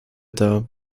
dar